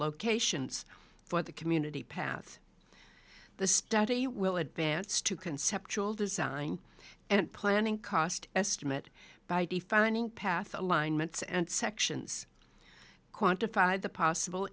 locations for the community path the study will advance to conceptual design and planning cost estimate by defining path alignments and sections quantified the possible